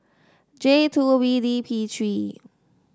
J two B D P three